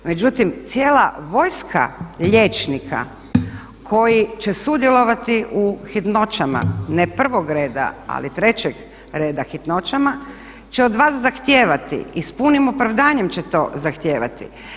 Međutim, cijela vojska liječnika koji će sudjelovati u hitnoćama ne prvog reda, ali trećeg reda hitnoćama će od vas zahtijevati i s punim opravdanjem će to zahtijevati.